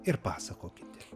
ir pasakokite